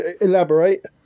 elaborate